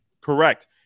Correct